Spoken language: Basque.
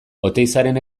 oteizaren